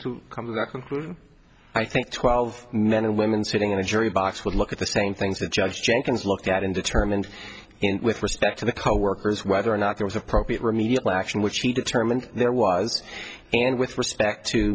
to come to that conclusion i think twelve men and women sitting in the jury box would look at the same things and judge jenkins looked at him determined and with respect to the coworkers whether or not there was appropriate remedial action which he determined there was and with respect to